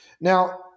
Now